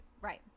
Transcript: Right